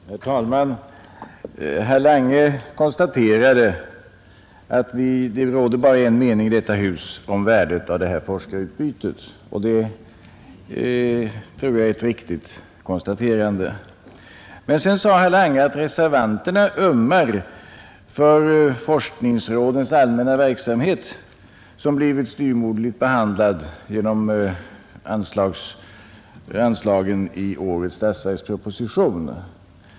Herr talman! Herr Lange konstaterade att det bara råder en mening här i huset om värdet av detta forskarutbyte, och det tror jag är ett riktigt konstaterande. Men sedan sade herr Lange att reservanterna ömmar för forskningsrådens allmänna verksamhet, som blivit styvmoderligt behandlad genom anslagen i årets statsverksproposition.